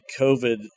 COVID